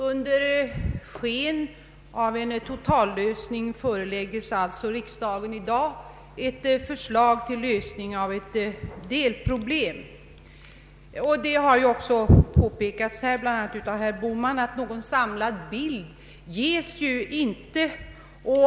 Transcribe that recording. Under sken av att det gäller en totallösning föreläggs alltså riksdagen i dag ett förslag till lösning av ett delproblem. Det har ju också påpekats här, bl.a. av herr Bohman, att någon samlad bild inte ges.